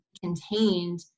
contained